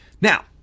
Now